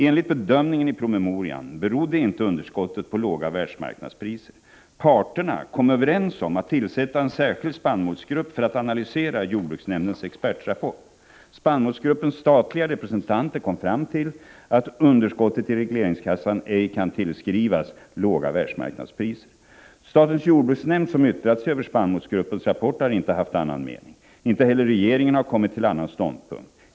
Enligt bedömningen i promemorian berodde inte underskottet på låga världsmarknadspriser. Parterna kom överens om att tillsätta en särskild spannmålsgrupp för att analysera jordbruksnämndens expertrapport. Spannmålsgruppens statliga representanter kom fram till att ”underskottet i regleringskassan ej kan tillskrivas låga världsmarknadspriser”. Statens jordbruksnämnd som yttrat sig över spannmålsgruppens rapport har inte haft annan mening. Inte heller regeringen har kommit till annan ståndpunkt.